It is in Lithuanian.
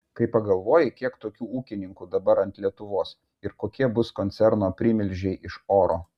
kai pagalvoji kiek tokių ūkininkų dabar ant lietuvos ir kokie bus koncerno primilžiai iš oro